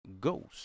Ghost